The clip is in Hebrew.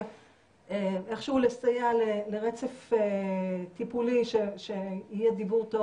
איכשהו לסייע לרצף טיפולי שיהיה דיבור טוב